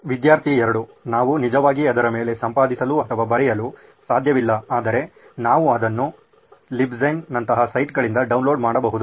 ವಿದ್ಯಾರ್ಥಿ 2 ನಾವು ನಿಜವಾಗಿ ಅದರ ಮೇಲೆ ಸಂಪಾದಿಸಲು ಅಥವಾ ಬರೆಯಲು ಸಾಧ್ಯವಿಲ್ಲ ಆದರೆ ನಾವು ಅದನ್ನು ಲಿಬ್ಜೆನ್ ನಂತಹ ಸೈಟ್ಗಳಿಂದ ಡೌನ್ಲೋಡ್ ಮಾಡಬಹುದು